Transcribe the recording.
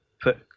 put